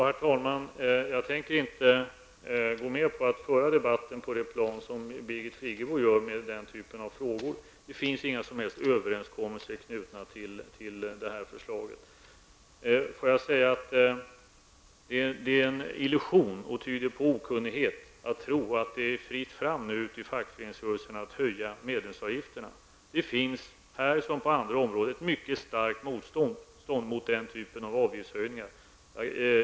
Herr talman! Jag tänker inte gå med på att föra debatten på det plan som Birgit Friggebo gör med den typen av frågor. Det finns inga som helst överenskommelser knutna till detta förslag. Det är en illusion, och tyder på okunnighet, att tro att det är fritt fram ute i fackföreningsrörelsen att höja medlemsavgifterna. Det finns här, som på andra områden, ett mycket starkt motstånd mot den typen av avgiftshöjningar.